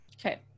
Okay